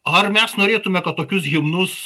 ar mes norėtume kad tokius himnus